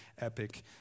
epic